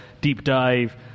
deep-dive